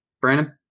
Brandon